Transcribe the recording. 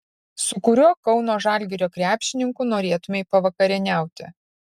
su kuriuo kauno žalgirio krepšininku norėtumei pavakarieniauti